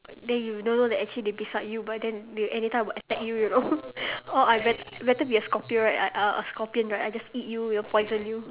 then you don't know that they actually beside you but then they anytime will attack you you know or I bet better be a scorpio right a a a scorpion right I just eat you you know poison you